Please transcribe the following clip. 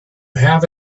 have